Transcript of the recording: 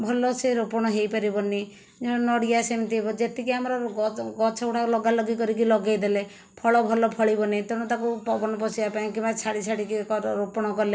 ଭଲ ସେ ରୋପଣ ହୋଇପାରିବନି ନଡ଼ିଆ ସେମିତି ହବ ଯେତିକି ଆମର ଗଛ ଗୁଡ଼ାକ ଲଗାଲଗି କରିକି ଲଗାଇଦେଲେ ଫଳ ଭଲ ଫଳିବନି ତେଣୁ ତାକୁ ପବନ ପଶିବା ପାଇଁ କିମ୍ବା ଛାଡ଼ି ଛାଡ଼ିକି ରୋପଣ କଲେ